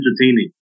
entertaining